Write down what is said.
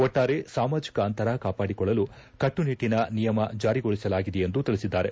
ಒಟ್ನಾರೆ ಸಾಮಾಜಿಕ ಅಂತರ ಕಾಪಾಡಿಕೊಳ್ಳಲು ಕಟ್ಟುನಿಟ್ಟಿನ ನಿಯಮ ಜಾರಿಗೊಳಿಸಲಾಗಿದೆ ಎಂದು ತಿಳಿಸಿದ್ದಾರೆ